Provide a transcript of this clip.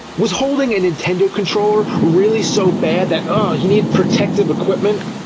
was holding a nintendo controller, really so bad that. ah he needed protective equipment?